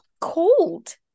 Cold